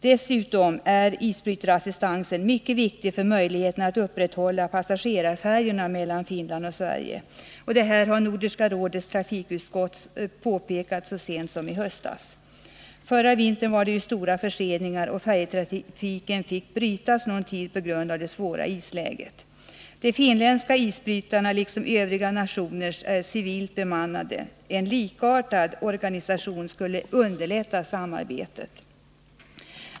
Dessutom är isbrytarassistansen mycket viktig för möjligheten att upprätthålla passagerarfärjorna mellan Finland och Sverige. Detta har Nordiska rådets trafikutskott påpekat så sent som i höstas. Förra vintern var det stora förseningar, och färjetrafiken fick brytas någon tid på grund av det svåra isläget. De finländska isbrytarna liksom övriga nationer är civilt bemannade. En likartad organisation skulle underlätta samarbetet.